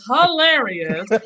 hilarious